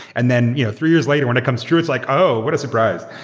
and then you know three years later when it comes true it's, like oh! what a surprise.